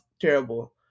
terrible